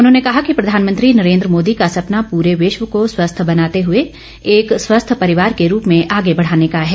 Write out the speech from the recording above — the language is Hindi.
उन्होंने कहा कि प्रधानमंत्री नरेन्द्र मोदी का सपना पूरे विश्व को स्वस्थ बनाते हुए एक स्वस्थ परिवार के रूप में आगे बढ़ाने का है